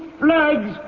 flags